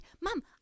mom